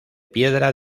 piedra